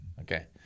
Okay